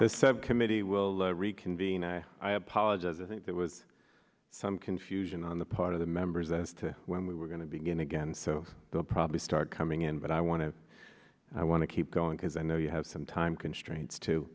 the seven committee will lead reconvene i i apologize i think that was some confusion on the part of the members as to when we were going to begin again so they'll probably start coming in but i want to i want to keep going because i know you have some time constraints too